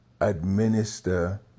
administer